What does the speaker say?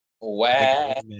wow